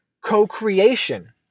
co-creation